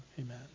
Amen